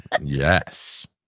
Yes